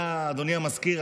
אדוני המזכיר,